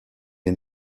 les